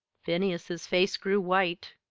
phineas's face grew white.